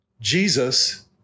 Jesus